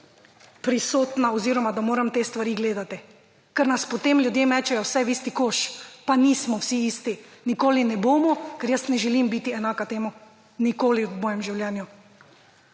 prisotna oziroma da moram te stvari gledati, ker nas potem ljudje mečejo vse v isti koš, pa nismo vsi isti. Nikoli ne bomo, ker jaz ne želim biti enaka temu nikoli v mojem življenju.